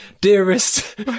Dearest